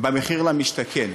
במחיר למשתכן.